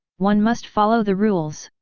one must follow the rules!